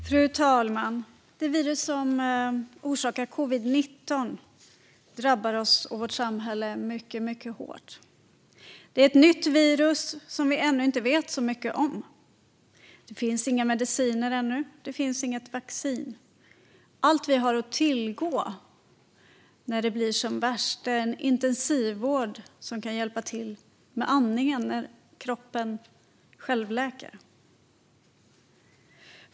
Fru talman! Det virus som orsakar covid-19 drabbar oss och vårt samhälle mycket hårt. Det är ett nytt virus som vi ännu inte vet så mycket om. Det finns inga mediciner ännu, och det finns inget vaccin. Allt vi har att tillgå när det blir som värst är en intensivvård som kan hjälpa till med andningen medan kroppen självläker.